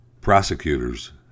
Prosecutors